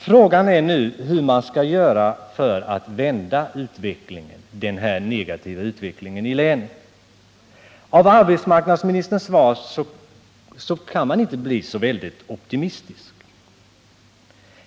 Frågan är nu hur man skall göra för att vända denna negativa utveckling i länet. Av arbetsmarknadsministerns svar kan man ju inte bli så väldigt optimistisk.